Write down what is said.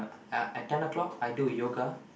I at ten o-clock I do yoga